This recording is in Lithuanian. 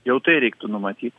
jau tai reiktų numatyt